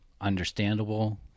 understandable